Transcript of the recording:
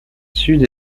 sud